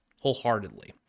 wholeheartedly